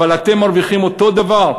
אבל אתם מרוויחים אותו דבר,